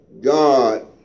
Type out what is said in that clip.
God